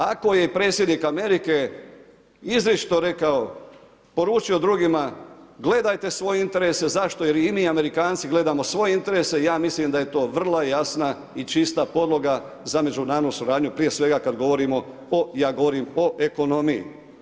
Ako je predsjednik Amerike izričito rekao, poručio drugima gledajte svoje interese, zašto jer i mi Amerikanci gledamo svoje interese, ja mislim da je to vrlo jasna i čista podloga za međunarodnu suradnju prije svega kad govorimo, ja govorim o ekonomiji.